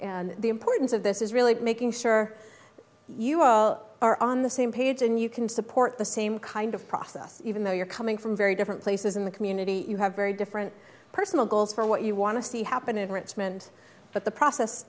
process the importance of this is really making sure you all are on the same page and you can support the same kind of process even though you're coming from very different places in the community you have very different personal goals for what you want to see happen in richmond but the process